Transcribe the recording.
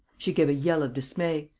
she gave a yell of dismay.